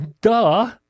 Duh